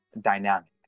dynamic